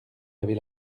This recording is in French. avez